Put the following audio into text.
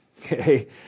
Okay